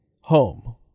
home